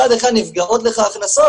מצד אחד נפגעות לך הכנסות,